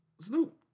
Snoop